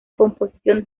composición